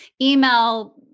email